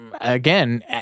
again